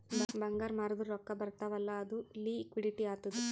ಬಂಗಾರ್ ಮಾರ್ದುರ್ ರೊಕ್ಕಾ ಬರ್ತಾವ್ ಅಲ್ಲ ಅದು ಲಿಕ್ವಿಡಿಟಿ ಆತ್ತುದ್